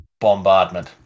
bombardment